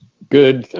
good.